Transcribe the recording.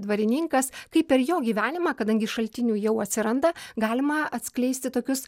dvarininkas kaip per jo gyvenimą kadangi šaltinių jau atsiranda galima atskleisti tokius